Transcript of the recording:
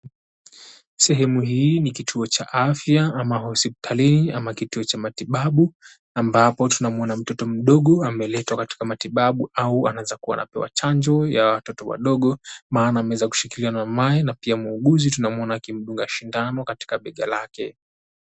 Sehemu hii ni kituo cha afya ama hospitalini ama kituo cha matibabu ambapo tunamuona mtoto mdogo ameletwa katika matibabu au anaweza kuwa anapewa chanjo ya watoto wadogo maana ameweza kushikiliwa na mama yake na pia muuguzi tunamuona akimduga sindano katika bega lake.